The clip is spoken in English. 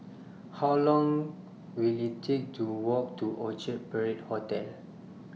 How Long Will IT Take to Walk to Orchard Parade Hotel